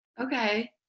Okay